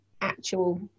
actual